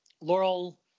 Laurel